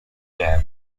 dam